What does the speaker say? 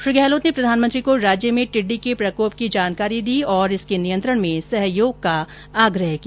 श्री गहलोत ने प्रधानमंत्री को राज्य में टिड्डी के प्रकोप की जानकारी दी और इसके नियंत्रण मे सहयोग का आग्रह किया